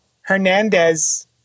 Hernandez